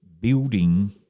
building